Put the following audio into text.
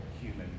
human